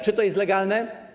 Czy to jest legalne?